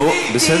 נו, בסדר.